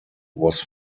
was